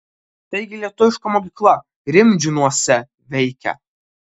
taigi lietuviška mokykla rimdžiūnuose veikia